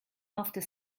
after